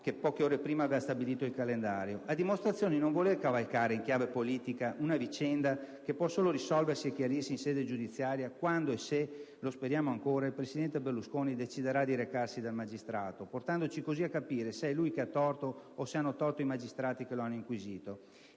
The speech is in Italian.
che poche ore prima aveva stabilito il calendario, a dimostrazione di non voler cavalcare in chiave politica una vicenda che può solo risolversi e chiarirsi in sede giudiziaria, quando e se - lo speriamo ancora - il presidente Berlusconi deciderà di recarsi dal magistrato, portandoci così a capire se è lui che ha torto o se hanno torto i magistrati che lo hanno inquisito.